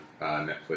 Netflix